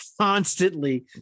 constantly